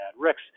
Rex